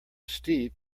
steep